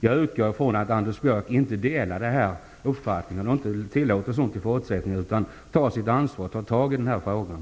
Jag utgår från att Anders Björck inte delar den här uppfattningen och inte tillåter sådant här i fortsättningen. Jag utgår också från att Anders Björck tar sitt ansvar genom att ta tag i den här frågan.